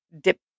dip